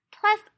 plus